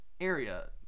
Area